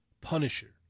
Punisher